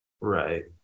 right